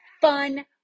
fun